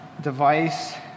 device